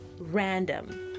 random